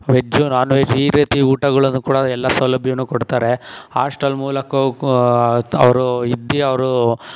veg non veg ಈ ರೀತಿ ಊಟಗಳನ್ನೂ ಕೂಡ ಎಲ್ಲ ಸೌಲಭ್ಯನೂ ಕೊಡ್ತಾರೆ ಹಾಸ್ಟೆಲ್ ಮೂಲಕವೂ ಅವರು ಇದ್ದು ಅವರು